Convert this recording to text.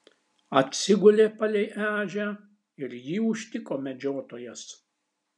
atsigulė pagal ežią ir jį užtiko medžiotojas